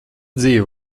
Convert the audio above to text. dzīve